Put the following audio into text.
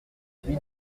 celui